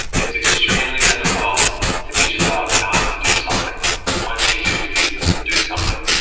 it's extremely difficult to teach a dog not to do something. it's much easier to teach them to do something.